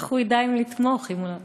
איך הוא ידע אם לתמוך אם הוא לא,